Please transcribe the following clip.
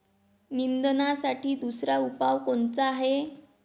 निंदनासाठी दुसरा उपाव कोनचा हाये?